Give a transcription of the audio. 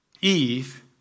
Eve